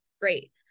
Great